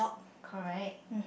correct